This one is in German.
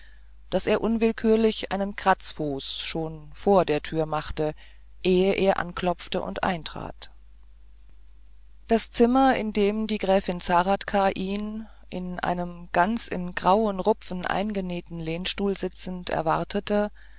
daß er unwillkürlich einen kratzfuß schon vor der tür machte ehe er anklopfte und eintrat das zimmer im dem die gräfin zahradka ihn in einem ganz in grauen rupfen eingenähten lehnstuhl sitzend erwartete